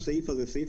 זה לא לסעיף